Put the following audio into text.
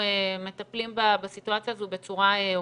מטפלים בסיטואציה הזו בצורה אופטימלית.